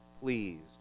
pleased